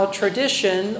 tradition